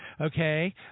Okay